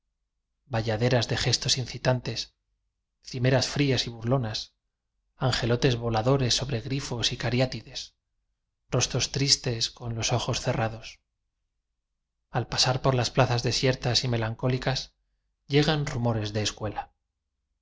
bayaderas de gestos incitantes cimeras frías y burlonas angelotes voladores sobre grifos y cariáti des rostros tristes con los ojos cerrados al pasar por las plazas desiertas y me lancólicas llegan rumores de escuela